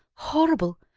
horrible.